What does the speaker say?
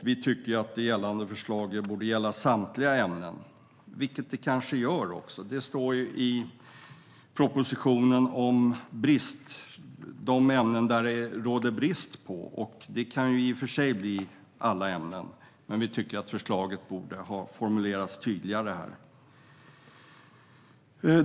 Vi tycker att förslaget borde gälla samtliga ämnen, vilket det kanske också gör - i propositionen nämns "ämnen där det råder brist", och det kan i och för sig bli alla ämnen. Men vi tycker att förslaget borde ha formulerats tydligare på denna punkt.